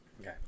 Okay